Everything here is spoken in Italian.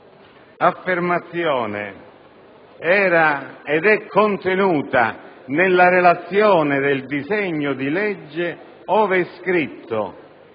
affermazione era ed è contenuta nella relazione del disegno di legge, ove è scritto